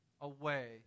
away